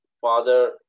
father